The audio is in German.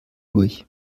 durch